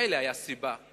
מילא, היתה סיבה.